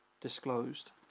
disclosed